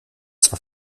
zwar